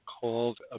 called